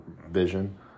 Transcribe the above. vision